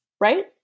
Right